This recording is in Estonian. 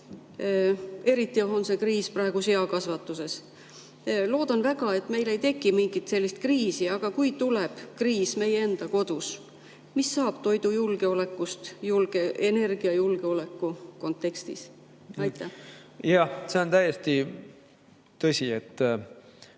Eriti on see kriis praegu seakasvatuses. Loodan väga, et meil ei teki mingit sellist kriisi. Aga kui tuleb kriis meie enda kodus, mis saab toidujulgeolekust energiajulgeoleku kontekstis? Aitäh, lugupeetud koosoleku